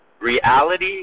Reality